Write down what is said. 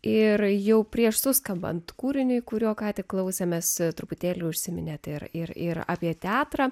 ir jau prieš suskambant kūriniui kurio ką tik klausėmės truputėlį užsiiminėti ir ir ir apie teatrą